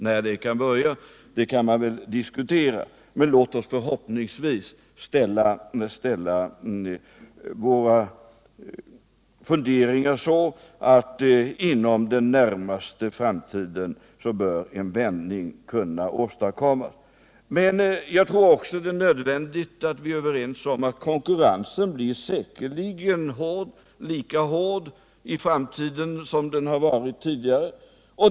När den kan väntas börja kan man väl diskutera, men låt oss förhoppningsvis i våra funderingar räkna med att en vändning bör kunna åstadkommas inom den närmaste framtiden. Men jag tror också att det är nödvändigt att vi är överens om att konkurrensen säkerligen blir lika hård i framtiden som den har varit tidigare.